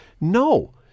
no